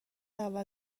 اول